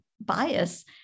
bias